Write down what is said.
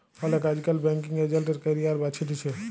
অলেকে আইজকাল banking agent এর ক্যারিয়ার বাছে লিছে